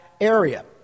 area